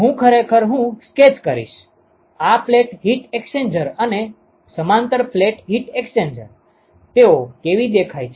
હું ખરેખર હું સ્કેચ કરીશ આ પ્લેટ હીટ હીટ એક્સ્ચેન્જર અને સમાંતર પ્લેટ હીટ એક્સ્ચેન્જર તેઓ કેવી દેખાય છે